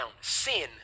Sin